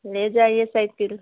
ले जाइए सइकिल